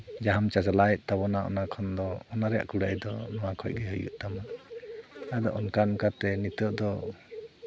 ᱡᱟᱦᱟᱸᱢ ᱪᱟᱪᱞᱟᱣ ᱮᱜ ᱛᱟᱵᱚᱱᱟ ᱚᱱᱟ ᱠᱷᱚᱱᱫᱚ ᱚᱱᱟ ᱨᱮᱭᱟᱜ ᱠᱩᱲᱟᱹᱭ ᱫᱚ ᱱᱚᱣᱟ ᱠᱷᱚᱡ ᱜᱮ ᱦᱩᱭᱩᱜ ᱛᱟᱢᱟ ᱟᱫᱚ ᱚᱱᱠᱟ ᱚᱱᱠᱟᱛᱮ ᱱᱤᱛᱚᱜ ᱫᱚ